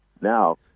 Now